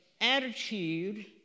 attitude